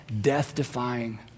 death-defying